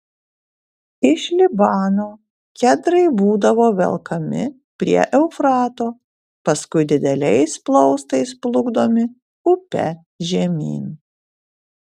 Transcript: iš libano kedrai būdavo velkami prie eufrato paskui dideliais plaustais plukdomi upe žemyn